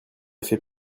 fait